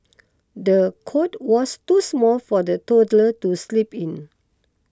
the cot was too small for the toddler to sleep in